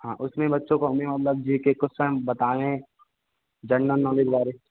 हाँ उसमें बच्चों को हमें मतलब जी के कोश्चन बताएँ जनरल नॉलेज वाले